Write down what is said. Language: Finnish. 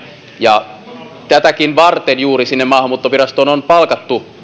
juuri tätäkin varten sinne maahanmuuttovirastoon on palkattu